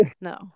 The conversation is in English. no